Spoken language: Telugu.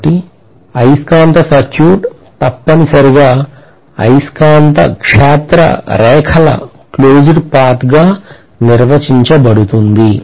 కాబట్టి అయస్కాంత సర్క్యూట్ తప్పనిసరిగా అయస్కాంత క్షేత్ర రేఖల క్లోజ్డ్ పాత్ గా నిర్వచించబడుతుంది